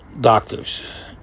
doctors